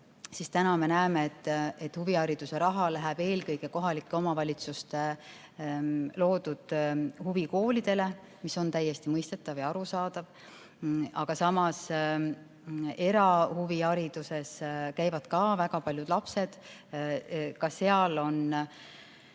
siis me näeme, et huvihariduse raha läheb eelkõige kohalike omavalitsuste loodud huvikoolidele, mis on täiesti mõistetav ja arusaadav. Aga samas erahuvihariduse võimalusi kasutavad ka väga paljud lapsed. Ka seal on